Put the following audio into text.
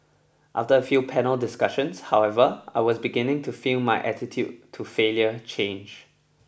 after a few panel discussions however I was beginning to feel my attitude to failure change